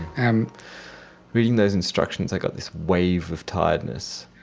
and reading those instructions i got this wave of tiredness.